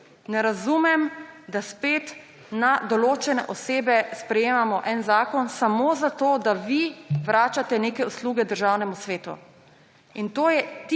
Ne razumem, da spet za določene osebe sprejemamo en zakon samo zato, da vi vračate neke usluge Državnemu svetu. To je tipični